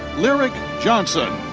lyric johnson.